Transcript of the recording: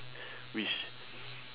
which